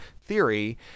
theory